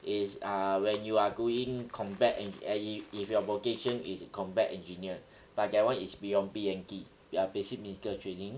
is uh when you are doing combat engi~ and if if your vocation is a combat engineer but that one is beyond B_M_T their basic military training